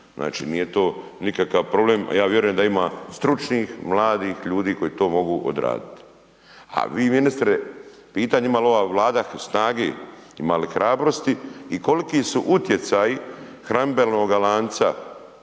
Znači nije to nikakav problem a ja vjerujem da ima stručnih, mladih ljudi koji to mogu odraditi. A vi ministre pitanje ima li ova Vlada snage, ima li hrabrosti i koliki su utjecaji hranidbenoga lanca,